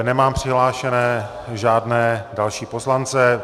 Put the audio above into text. Nemám přihlášené žádné další poslance.